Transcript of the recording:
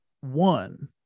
one